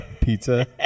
pizza